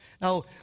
Now